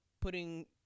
putting